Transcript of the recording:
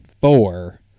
four